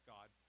God